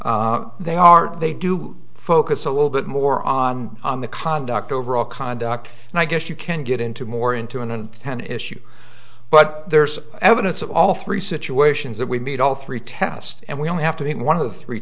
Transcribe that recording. us they are they do focus a little bit more on on the conduct overall conduct and i guess you can get into more into an in an issue but there's evidence of all three situations that we need all three tasks and we only have to be in one of the three